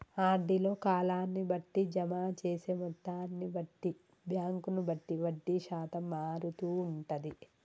RD లో కాలాన్ని బట్టి, జమ చేసే మొత్తాన్ని బట్టి, బ్యాంకును బట్టి వడ్డీ శాతం మారుతూ ఉంటది